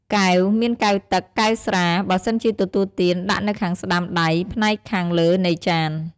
កែវ មានកែវទឹក កែវស្រា បើសិនជាទទួលទាន ដាក់នៅខាងស្ដាំដៃផ្នែកខាងលើនៃចាន។